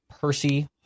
Percy